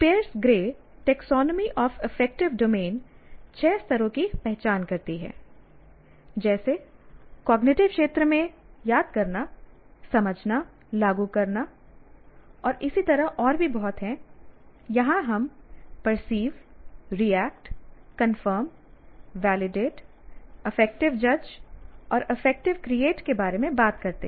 piers Gray taxonomy of affective domain छह स्तरों की पहचान करती है जैसे कॉग्निटिव क्षेत्र में याद करना समझना लागू करना और इसी तरह और भी बहुत है यहां हम perceive react confirm validate affective जज और अफेक्टिव क्रिएट के बारे में बात करते हैं